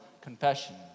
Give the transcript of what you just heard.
confession